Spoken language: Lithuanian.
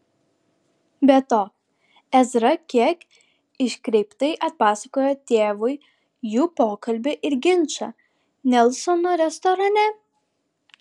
be to ezra kiek iškreiptai atpasakojo tėvui jų pokalbį ir ginčą nelsono restorane